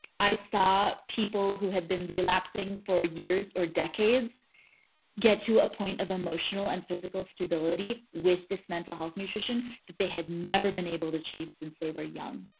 i saw people who had been relapsing for years or decades get to a point of emotional and physical stability with this mental health nutrition that they had never been able to achieve since they were young.